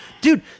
Dude